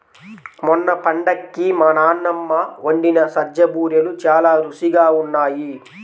మొన్న పండక్కి మా నాన్నమ్మ వండిన సజ్జ బూరెలు చాలా రుచిగా ఉన్నాయి